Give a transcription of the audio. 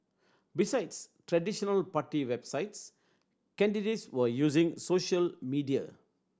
besides traditional party websites candidates were using social media